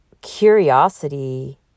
curiosity